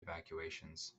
evacuations